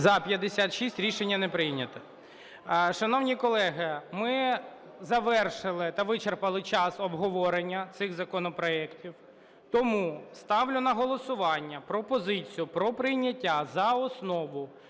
За-56 Рішення не прийнято. Шановні колеги, ми завершили та вичерпали час обговорення цих законопроектів. Тому ставлю на голосування пропозицію про прийняття за основу